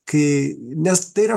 kai nes tai yra